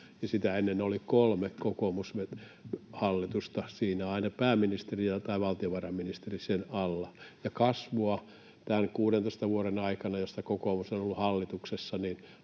sitä ennen oli kolme kokoomushallitusta, aina pääministeri tai valtiovarainministeri siinä alla. Kasvu tämän 16 vuoden aikana, jotka kokoomus on ollut hallituksessa,